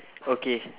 okay